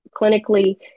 clinically